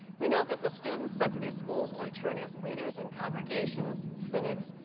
we know that the students sent to these schools will return as leaders in congregations, synods,